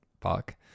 fuck